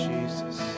Jesus